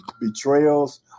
betrayals